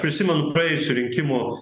prisimenu praėjusių rinkimų